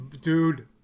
Dude